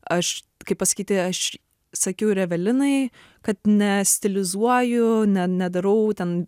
aš kaip pasakyti aš sakiau ir evelinai kad nestilizuoju ne nedarau ten